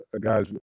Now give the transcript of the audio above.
guy's